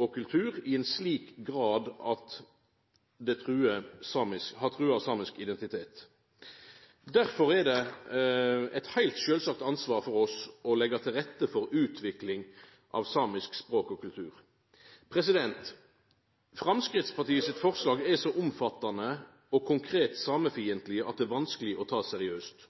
og kultur i ein slik grad at det har trua samisk identitet. Derfor er det eit heilt sjølvsagt ansvar for oss å leggja til rette for utvikling av samisk språk og kultur. Framstegspartiet sitt forslag er så omfattande og konkret samefiendtleg at det er vanskeleg å ta seriøst.